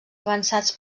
avançats